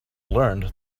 learned